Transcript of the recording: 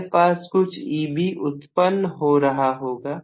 हमारे पास कुछ Eb उत्पन्न हो रहा होगा